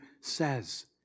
says